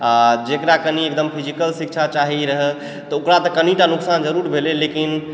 आ जेकरा कनि एकदम फिजिकल शिक्षा चाही रह तऽ ओकरा तऽ कनिटा नुकसान जरुर भेलय लेकिन